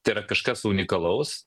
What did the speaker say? tai yra kažkas unikalaus